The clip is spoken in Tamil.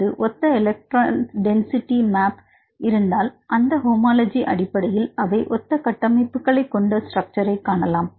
அது ஒத்த எலக்ட்ரான் டென்சிட்டி மேப் இருந்தால் அந்த ஹோமோலஜி அடிப்படையில் அவை ஒத்த கட்டமைப்புகளைக கொண்ட ஸ்ட்ரக்சர் காணலாம்